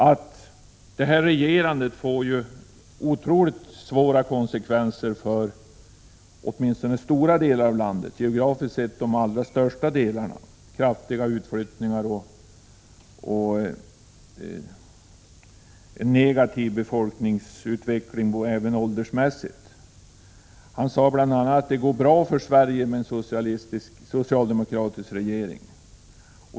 Socialdemokraternas regerande får ju oerhört svåra konsekvenser för stora delar av landet, geografiskt sett de allra största delarna, med kraftiga utflyttningar och en negativ befolkningsutveckling även åldersmässigt. Ingvar Carlsson sade bl.a. att det går bra för Sverige med en socialdemokratisk regering.